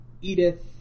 Edith